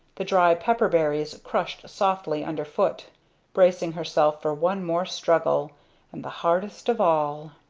the dry pepper berries crush softly under foot bracing herself for one more struggle and the hardest of all.